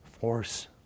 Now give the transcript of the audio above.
force